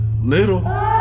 little